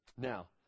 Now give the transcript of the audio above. Now